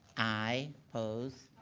aye. opposed?